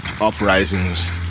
uprisings